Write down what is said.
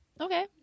Okay